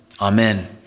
Amen